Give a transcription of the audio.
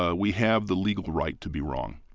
ah we have the legal right to be wrong.